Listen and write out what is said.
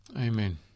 Amen